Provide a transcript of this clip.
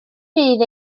fydd